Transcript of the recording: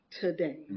today